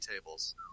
tables